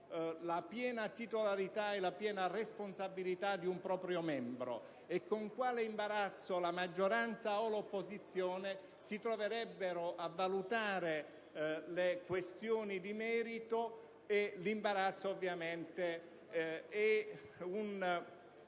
la piena titolarità e responsabilità di un proprio membro, e con quale imbarazzo la maggioranza o l'opposizione si troverebbero a valutare le questioni di merito; imbarazzo nel senso di